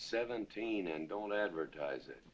seventeen and don't advertise it